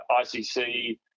ICC